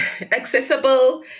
accessible